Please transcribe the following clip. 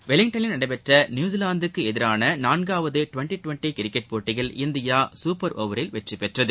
வெலிங்டனில் நடைபெற்ற நியூசிலாந்துக்கு எதிரான நான்காவது டிவெண்டி டிவெண்டி கிரிக்கெட் போட்டியில் இந்தியா சூப்பர் ஒவரில் வெற்றிபெற்றது